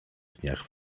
dniach